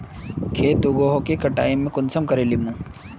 खेत उगोहो के कटाई में कुंसम करे लेमु?